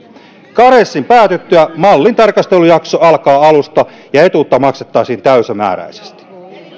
karenssin päätyttyä mallin tarkastelujakso alkaisi alusta ja etuutta maksettaisiin täysimääräisesti